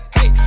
Hey